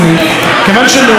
נדמה לי שגם שלך,